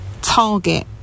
target